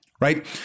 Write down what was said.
Right